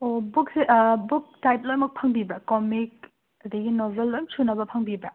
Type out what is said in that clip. ꯑꯣ ꯕꯨꯛꯁꯦ book type ꯂꯣꯏꯃꯛ ꯐꯪꯕꯤꯕ꯭ꯔꯥ ꯀꯣꯃꯤꯛ ꯑꯗꯒꯤ ꯅꯣꯕꯦꯜ ꯂꯣꯏꯅ ꯁꯨꯅꯕ ꯐꯪꯕꯤꯕ꯭ꯔꯥ